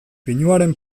pinuaren